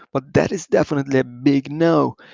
but that is definitely a big no.